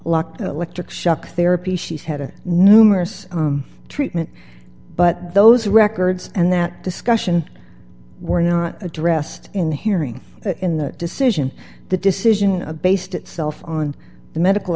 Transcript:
locked electric shock therapy she's had a numerous treatment but those records and that discussion were not addressed in the hearing in the decision the decision based itself on the medical